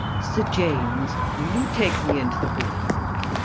sir james, will you take me into the ball-room?